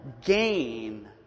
gain